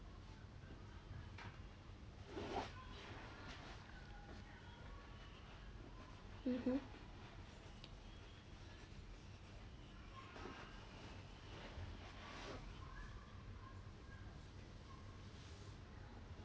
mmhmm